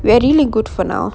very good for now